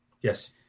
Yes